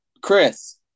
Chris